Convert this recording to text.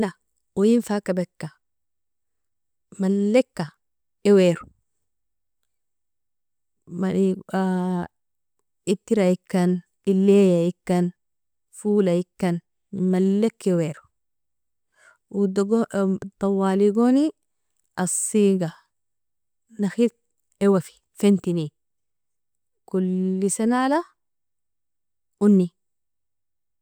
- oien fa kabika malika iuero itraikan, eliaikan, folakian, inmalika iuero tawaligoni asiga nakhel iuafe fantini koli senala oni.